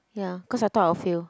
ya cause I thought I will fail